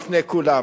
בפני כולם.